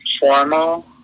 formal